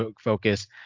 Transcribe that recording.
focus